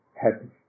happy